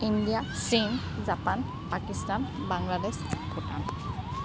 India চীন Japan Pakistan Bangladesh Bhutan